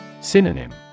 Synonym